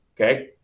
Okay